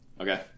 Okay